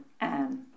Anne